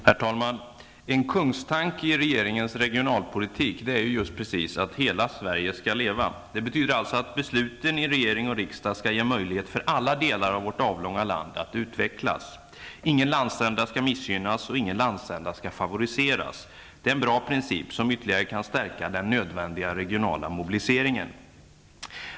Herr talman! En kungstanke i regeringens regionalpolitik är devisen ''Hela Sverige skall leva''. Det betyder att besluten i regering och riksdag skall ge möjligheter för alla delar av vårt avlånga land att utvecklas. Ingen landsända skall missgynnas, och ingen landsända skall favoriseras. Det är en bra princip, som ytterligare kan stärka den nödvändiga regionala mobiliseringen.